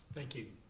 thank you.